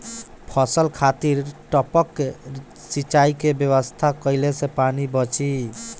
फसल खातिर टपक सिंचाई के व्यवस्था कइले से पानी बंची